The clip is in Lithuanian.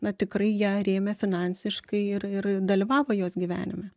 na tikrai ją rėmė finansiškai ir ir dalyvavo jos gyvenime